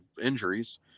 injuries